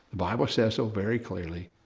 the bible says so very clearly,